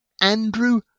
Andrew